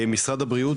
משרד הבריאות,